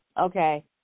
Okay